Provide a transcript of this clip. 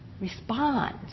respond